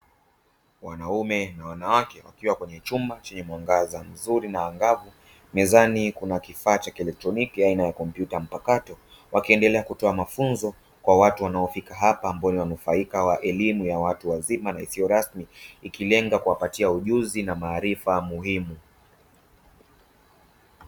Wanaume na wanawake wakiwa kwenye chumba chenye mwangaza mzuri na angavu, mezani kuna kifaa cha kielektroniki aina ya kompyuta mpakato, wakiendelea kutoa mafunzo kwa watu wanaofika hapa ambao ni wanufaika wa elimu ya watu wazima na isiyo rasmi, ikilenga kuwapatia ujuzi na maarifa muhimu.